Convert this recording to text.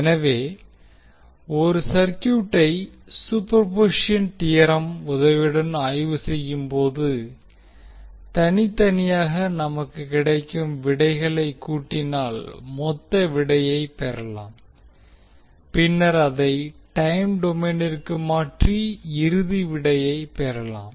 எனவே ஒரு சர்க்யூட்டை சூப்பர்பொசிஷன் தியோரம் உதவியுடன் ஆய்வு செய்யும்போது தனித்தனியாக நமக்கு கிடைக்கும் விடைகளை கூட்டினால் மொத்த விடையை பெறலாம் பின்னர் அதை டைம் டொமைனிற்கு மாற்றி இறுதி விடையை பெறலாம்